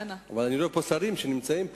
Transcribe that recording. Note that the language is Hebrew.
אבל אני לא רואה שרים שנמצאים פה.